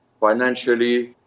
financially